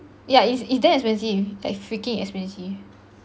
yeah it's damn expensive like freaking expensive